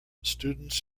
students